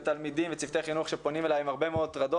לתלמידים ולצוותי חינוך שפונים אלי עם הרבה מאוד טרדות.